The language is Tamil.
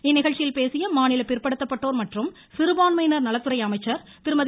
இந்நிகழ்ச்சியில் பேசிய மாநில பிற்படுத்தப்பட்டோர் மற்றும் சிறுபான்மையினர் நலத்துறை அமைச்சர் திருமதி